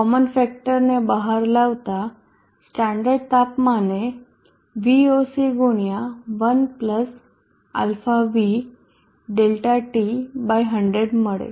common factor ને બહાર લાવતા સ્ટાન્ડર્ડ તાપમાને VOC ગુણ્યા 1 α v x ΔT 100 મળે